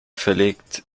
verlegt